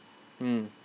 mm